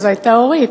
זו היתה אורית.